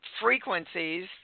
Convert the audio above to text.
frequencies